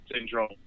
syndrome